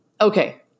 okay